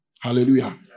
Hallelujah